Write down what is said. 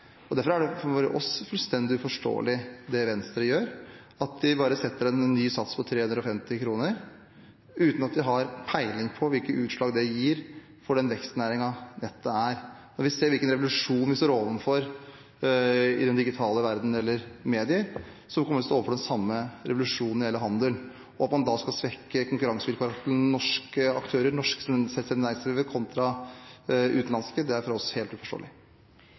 er. Derfor er det Venstre gjør, fullstendig uforståelig for oss. De bare setter en ny sats på 350 kr uten at de har peiling på hvilke utslag det gir for den vekstnæringen dette er. Vi ser hvilken revolusjon vi står overfor i den digitale verdenen eller når det gjelder medier, vi kommer til å stå overfor den samme revolusjonen når det gjelder handel. At man da skal svekke konkurransevilkårene for norske aktører, norske selvstendig næringsdrivende, kontra utenlandske, er for oss helt uforståelig.